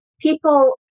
people